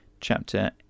chapter